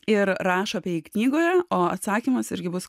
ir rašo apie jį knygoje o atsakymas irgi bus